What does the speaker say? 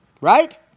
Right